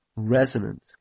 resonant